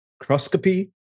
microscopy